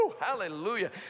hallelujah